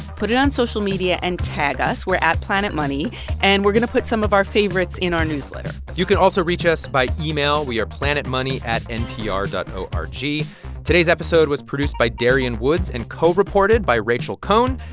put it on social media and tag us. we're at planetmoney. and we're going to put some of our favorites in our newsletter you can also reach us by email. we are planetmoney at npr dot o r g today's episode was produced by darian woods and co-reported by rachel cohn.